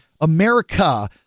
America